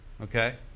Okay